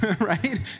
right